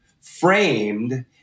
framed